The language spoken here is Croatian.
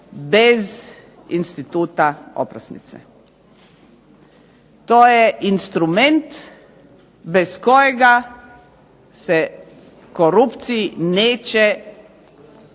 bez instituta oprosnice. To je instrument bez kojega se korupciji neće,